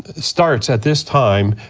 starts at this time,